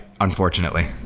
unfortunately